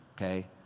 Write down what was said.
okay